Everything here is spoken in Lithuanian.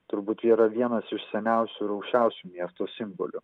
turbūt yra vienas iš seniausių ir aukščiausių miesto simbolių